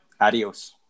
Adios